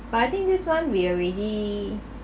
but I think this one we already